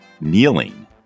kneeling